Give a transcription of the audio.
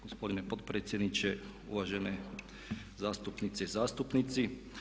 Gospodine potpredsjedniče, uvažene zastupnice i zastupnici.